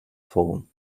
phone